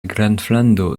graflando